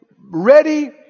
ready